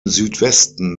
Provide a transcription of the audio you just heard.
südwesten